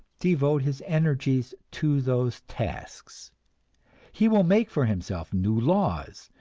devote his energies to those tasks he will make for himself new laws,